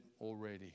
already